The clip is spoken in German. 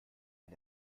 ein